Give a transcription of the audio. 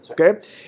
Okay